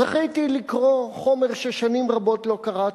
זכיתי לקרוא חומר ששנים רבות לא קראתי,